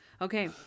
Okay